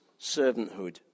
servanthood